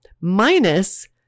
minus